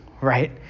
right